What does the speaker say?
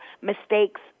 mistakes